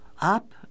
up